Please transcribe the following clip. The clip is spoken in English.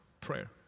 prayer